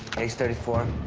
he's thirty four.